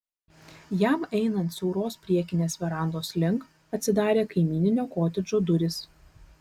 jam einant siauros priekinės verandos link atsidarė kaimyninio kotedžo durys